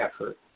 effort